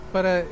para